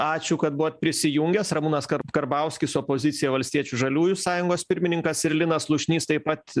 ačiū kad buvo prisijungęs ramūnas karbauskis opozicija valstiečių žaliųjų sąjungos pirmininkas ir linas slušnys taip pat